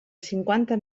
cinquanta